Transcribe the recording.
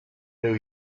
new